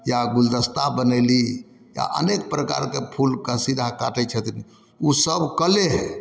या गुलदस्ता बनेली या अनेक प्रकारके फूल कशीदा काटै छथिन ओसब कले हइ